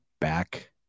back